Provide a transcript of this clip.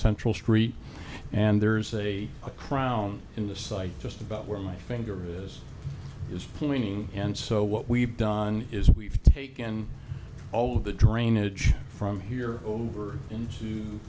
central street and there's a crown in the site just about where my finger is is flowing and so what we've done is we've taken all the drainage from here over in